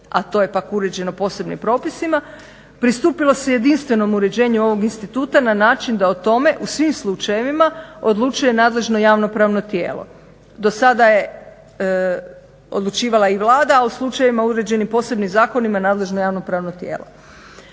a to je pak uređeno posebnim propisima pristupilo se jedinstvenom uređenju ovog instituta na način da o tome u svim slučajevima odlučuje nadležno javno-pravno tijelo. Dosada je odlučivala i Vlada a u slučajevima uređenim posebnim zakonima nadležno javno-pravno tijelo.